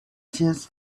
tears